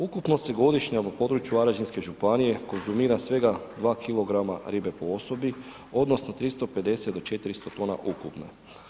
Ukupno se godišnje na području Varaždinske županije konzumira svega 2 kg ribe po osobi odnosno 350 do 400 kn ukupno.